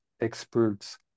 experts